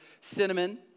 cinnamon